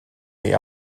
the